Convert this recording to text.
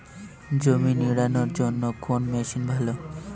জমি নিড়ানোর জন্য কোন মেশিন ভালো?